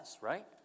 right